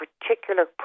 particular